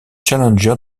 challenger